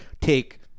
take